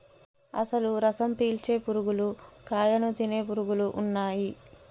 అసలు రసం పీల్చే పురుగులు కాయను తినే పురుగులు ఉన్నయ్యి